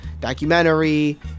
documentary